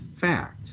fact